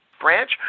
branch